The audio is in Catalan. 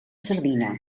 sardina